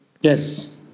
yes